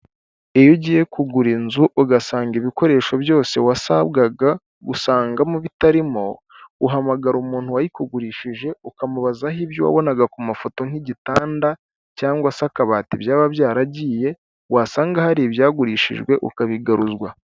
Iyo ugiye kugura inzu ugasanga ibikoresho byose wasabwaga gusangamo bitarimo, uhamagara umuntu wayikugurishije ukamubaza aho ibyo wabonaga ku mafoto nk'igitanda cyangwa se akabati byaba byaragiye wasanga hari ibyagurishijwe ukabigaruzwa.